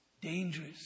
dangerous